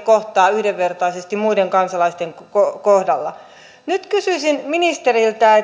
kohtaa yhdenvertaisesti muiden kansalaisten kanssa nyt kysyisin ministeriltä